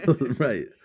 right